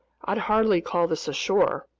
i'd hardly call this shore,